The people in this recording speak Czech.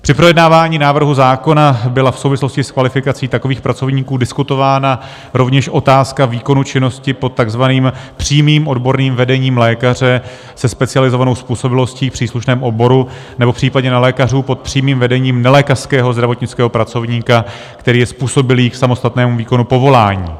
Při projednávání návrhu zákona byla v souvislosti s kvalifikací takových pracovníků diskutována rovněž otázka výkonu činnosti pod takzvaným přímým odborným vedením lékaře se specializovanou způsobilostí v příslušném oboru nebo v případě nelékařů pod přímým vedením nelékařského zdravotnického pracovníka, který je způsobilý k samostatnému výkonu povolání.